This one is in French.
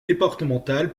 départemental